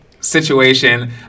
situation